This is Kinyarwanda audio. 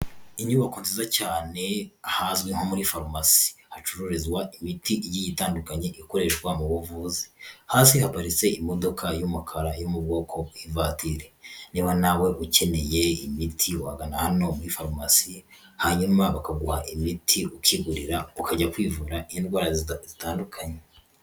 Inyubako nziza cyane ahazwi nko muri farumasi hacururizwawa imiti igiye itandukanye ikoreshwa mu buvuzi. Hasi haparitse imodoka y'umukara yo mu bwoko bw'ivatiri, niba nawe ukeneye imiti wagana hano muri farumasi hanyuma bakaguha imiti ukigurira ukajya kwivura indwara zitandukanye.